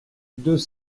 deux